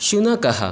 शुनकः